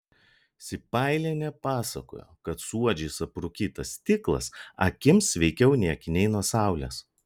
sipailienė pasakojo kad suodžiais aprūkytas stiklas akims sveikiau nei akiniai nuo saulės